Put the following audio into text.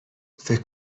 فکر